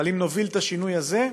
אבל אם נוביל את השינוי הזה,